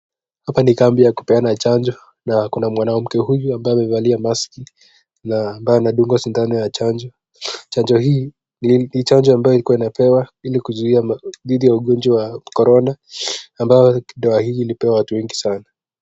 Hapa ni kambi ya kupeana chanjo na kuna mwanamke huyu ambaye amevalia (cs)maski(cs) na ambaye anadungwa sindano ya chanjo. Chanjo hii ni chanjo ambayo iliyokuwa inapewa ili kuzuia dhidi ya ugonjwa wa korona ambapo dawa hii ilipewa watu wengi sana.